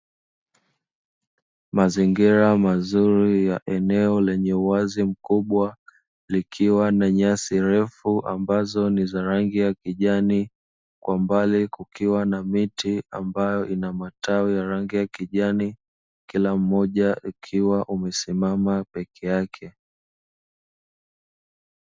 Mazingira mazuri ya eneo lenye uwazi mkubwa likiwa na nyasi refu ambazo ni za rangi ya kijani, kwa mbali kukiwa na miti ambayo ina matawi ya rangi ya kijani kila mmoja ukiwa umesimama peke yake.